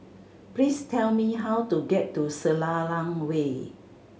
please tell me how to get to Selarang Way